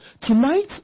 Tonight